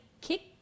kick